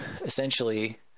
essentially